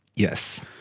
yes.